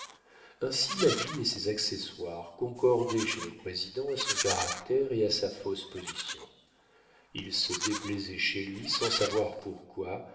ainsi la vie et ses accessoires concordaient chez le président à son caractère et à sa fausse position il se déplaisait chez lui sans savoir pourquoi